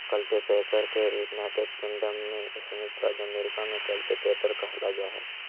cultipacker के United Kingdom में संयुक्त राज्य अमेरिका में कल्टीपैकर कहल जा हइ